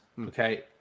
Okay